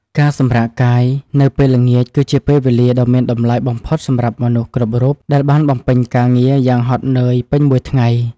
ការសម្រាកកាយនៅពេលល្ងាចគឺជាពេលវេលាដ៏មានតម្លៃបំផុតសម្រាប់មនុស្សគ្រប់រូបដែលបានបំពេញការងារយ៉ាងហត់នឿយពេញមួយថ្ងៃ។